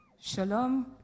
shalom